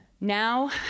Now